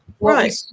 right